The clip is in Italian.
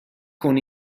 con